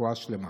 רפואה שלמה.